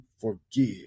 forgive